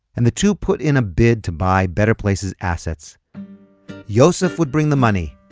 and the two put in a bid to buy better place's assets yosef would bring the money.